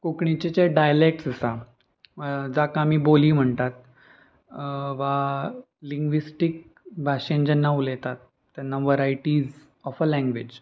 कोंकणीचे जे डायलेक्ट्स आसात जाका आमी बोली म्हणटात वा लिंग्विस्टीक भाशेन जेन्ना उलयतात तेन्ना वरायटीज ऑफ अ लँंग्वेज